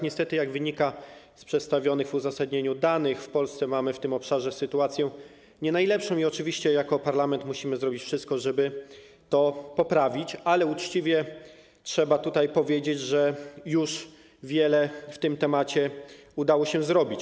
Niestety, jak wynika z przedstawionych w uzasadnieniu danych, w Polsce mamy w tym obszarze sytuację nie najlepszą i oczywiście jako parlament musimy zrobić wszystko, żeby to poprawić, ale uczciwie trzeba tutaj powiedzieć, że już wiele w tym temacie udało się zrobić.